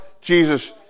Jesus